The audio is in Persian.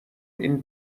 این